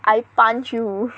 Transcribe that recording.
I punch you